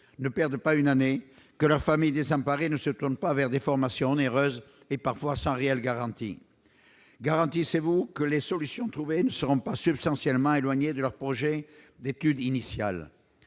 ne perdent pas une année que leurs familles désemparées, ne se plaint pas vers des formations nerveuse et parfois sans réelle garantie garantissez-vous que les solutions trouvées ne seront pas substantiellement éloignées de leur projet d'études initiales,